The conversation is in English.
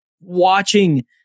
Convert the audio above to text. watching